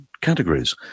categories